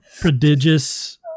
prodigious